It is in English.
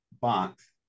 box